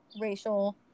racial